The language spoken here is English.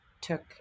took